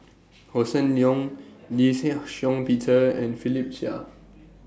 Hossan Leong Lee Shih Shiong Peter and Philip Chia